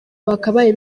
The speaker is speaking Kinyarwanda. bakabaye